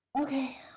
Okay